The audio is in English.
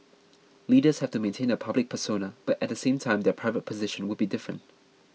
leaders have to maintain a public persona but at the same time their private position would be different